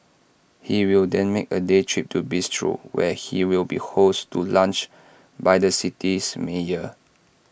he will then make A day trip to Bristol where he will be hosted to lunch by the city's mayor